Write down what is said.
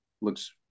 looks